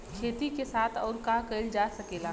खेती के साथ अउर का कइल जा सकेला?